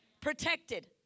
Protected